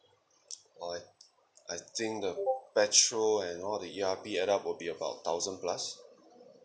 oh I I think the petrol and all the U_R_P add up will be about thousand plus